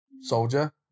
soldier